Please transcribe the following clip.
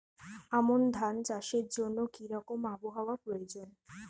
আমন ধান চাষের জন্য কি রকম আবহাওয়া প্রয়োজন?